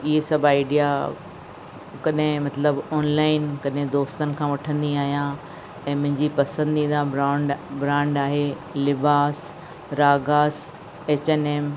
इहे सभु आइडिया कॾहिं मतिलबु ऑनलाइन कॾहिं दोस्तनि खां वठंदी आहियां ऐं मुंहिंजी पसंदीदा ब्रॉंड ब्रांड आहे लिवास राघास एच एन एम